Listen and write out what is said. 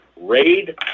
raid